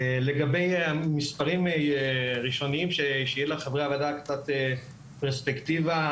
לגבי מספרים ראשוניים שיהיה לחברי הוועדה קצת פרספקטיבה,